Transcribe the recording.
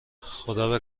خدابه